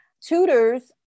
tutors